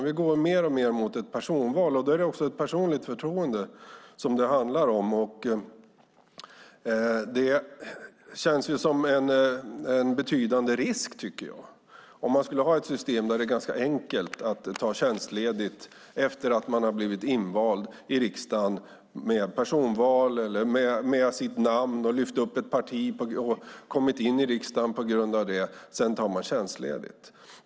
Vi går mer och mer mot ett personval, och det handlar om ett personligt förtroende. Det känns som en betydande risk att ha ett system där det är ganska enkelt att ta tjänstledigt efter det att man blivit invald i riksdagen med sitt namn. Man har lyft upp sitt parti och kommit in i riksdagen på grund av det, och sedan tar man tjänstledigt.